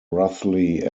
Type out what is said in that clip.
roughly